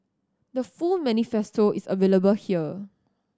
the full manifesto is available here